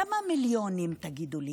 כמה מיליונים, תגידו לי?